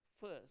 First